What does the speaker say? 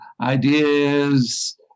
ideas